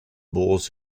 bulls